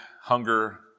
hunger